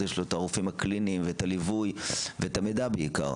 אז יש לו את הרופאים הקליניים ואת הליווי ואת המידע בעיקר.